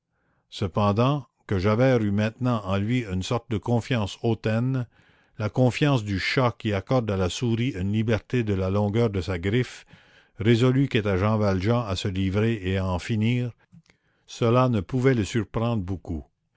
cependant que javert eût maintenant en lui une sorte de confiance hautaine la confiance du chat qui accorde à la souris une liberté de la longueur de sa griffe résolu qu'était jean valjean à se livrer et à en finir cela ne pouvait le surprendre beaucoup